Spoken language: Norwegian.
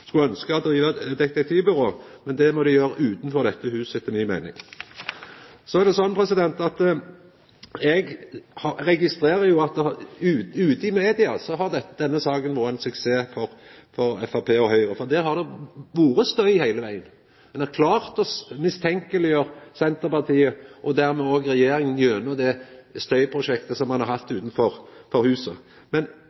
skulle ønskja å driva eit detektivbyrå, men det må dei gjera utanfor dette huset etter mi meining. Eg registrerer at ute i media har denne saka vore ein suksess for Framstegspartiet og Høgre, for der har det vore støy heile vegen. Ein har klart å mistenkeleggjera Senterpartiet og dermed òg regjeringa gjennom det støyprosjektet som ein har hatt